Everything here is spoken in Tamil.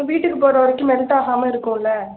வீட்டுக்கு போகிற வரைக்கும் மெல்ட் ஆகாமல் இருக்கும்ல்ல